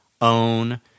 own